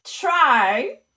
try